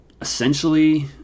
Essentially